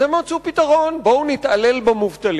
אז הם מצאו פתרון: בואו נתעלל במובטלים,